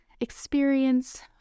experience